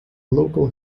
local